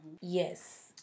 Yes